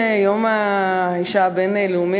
יום האישה הבין-לאומי,